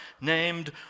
named